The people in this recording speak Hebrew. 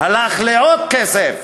הלך לעוד כסף,